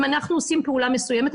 אם אנחנו עושים פעולה מסוימת,